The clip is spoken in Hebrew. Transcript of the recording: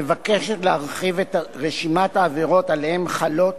מבקשת להרחיב את רשימת העבירות שעליהן חלות